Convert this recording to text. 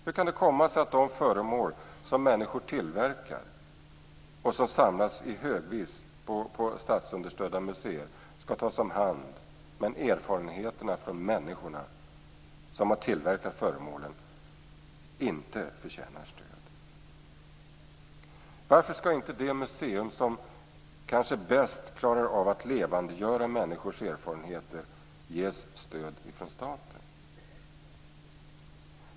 Hur kan det komma sig att de föremål som människor tillverkar skall tas om hand på statsunderstödda museer, men erfarenheterna hos människorna som har tillverkat föremålen inte förtjänar stöd? Varför skall inte det museum som bäst klarar att levandegöra människors erfarenheter ges stöd från staten?